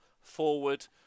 forward